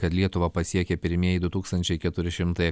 kad lietuvą pasiekė pirmieji du tūkstančiai keturi šimtai